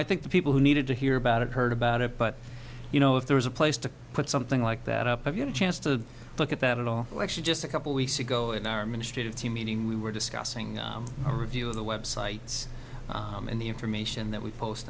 i think the people who needed to hear about it heard about it but you know if there was a place to put something like that it up if you chance to look at that at all actually just a couple weeks ago in our ministry of team meeting we were discussing a review of the websites and the information that we post